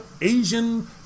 Asian